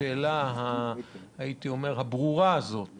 השאלה הברורה הזאת